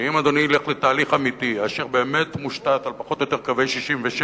שאם אדוני ילך לתהליך אמיתי אשר באמת מושתת על פחות או יותר קווי 67',